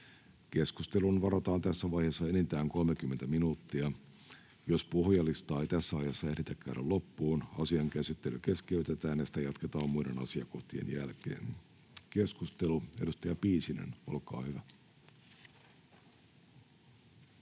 Keskusteluun varataan tässä vaiheessa enintään 30 minuuttia. Jos puhujalistaa ei tässä ajassa ehditä käydä loppuun, asian käsittely keskeytetään ja sitä jatketaan muiden asiakohtien jälkeen. — Keskustelu, edustaja Piisinen, olkaa hyvä.